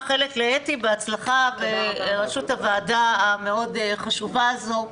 עטייה בראשות הוועדה החשובה הזו.